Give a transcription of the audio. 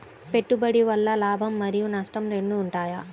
పెట్టుబడి వల్ల లాభం మరియు నష్టం రెండు ఉంటాయా?